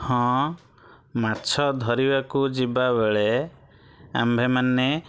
ହଁ ମାଛ ଧରିବାକୁ ଯିବ ବେଳେ ଆମ୍ଭେମାନେ